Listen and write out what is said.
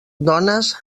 dones